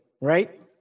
right